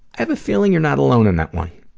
i have a feeling you're not alone in that one.